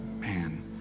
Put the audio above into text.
Man